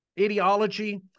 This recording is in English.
ideology